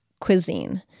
cuisine